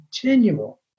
continual